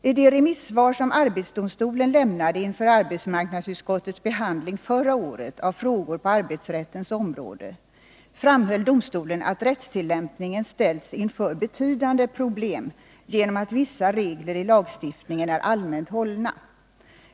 I det remissvar som arbetsdomstolen lämnade inför arbetsmarknadsutskottets behandling förra året av frågor på arbetsrättens område framhöll domstolen att rättstillämpningen ställts inför betydande problem genom att vissa regler i lagstiftningen är allmänt hållna.